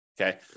Okay